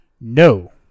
No